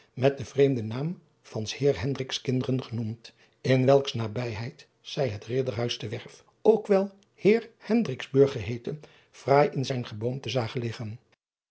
met den vreemden naam van s eer endriks inderen genoemd in welks nabijheid zij het idderhuis te erf ook wel eer endriksburg geheeten fraai in zijn geboomte zagen liggen